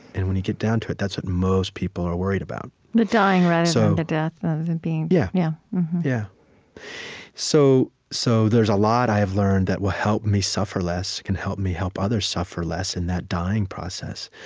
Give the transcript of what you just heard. and when you get down to it, that's what most people are worried about the dying rather than so the death of the being yeah. yeah yeah so so there is a lot i have learned that will help me suffer less, that can help me help others suffer less in that dying process.